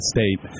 State